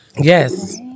Yes